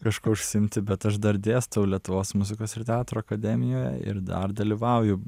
kažkuo užsiimti bet aš dar dėstau lietuvos muzikos ir teatro akademijoj ir dar dalyvauju